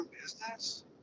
business